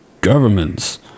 governments